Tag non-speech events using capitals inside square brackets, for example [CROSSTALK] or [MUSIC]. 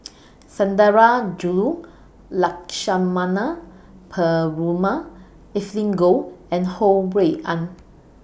[NOISE] Sundarajulu Lakshmana Perumal Evelyn Goh and Ho Rui An